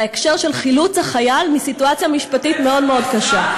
בהקשר של חילוץ החייל מסיטואציה משפטית מאוד מאוד קשה.